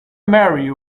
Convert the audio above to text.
mary